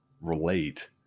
relate